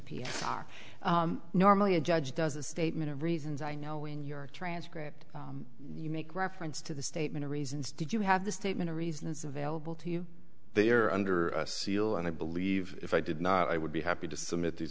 r normally a judge does a statement of reasons i know in your transcript you make reference to the statement of reasons did you have the statement of reasons available to you they are under seal and i believe if i did not i would be happy to submit these